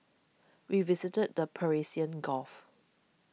we visited the Persian Gulf